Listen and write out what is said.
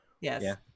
Yes